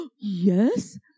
yes